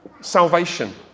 salvation